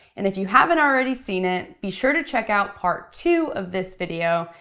and if you haven't already seen it, be sure to check out part two of this video,